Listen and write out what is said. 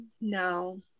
no